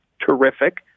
terrific